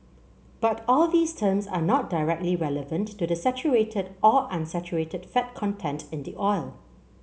but all these terms are not directly relevant to the saturated or unsaturated fat content in the oil